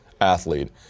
athlete